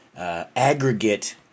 Aggregate